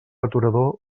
aturador